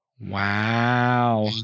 Wow